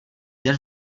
den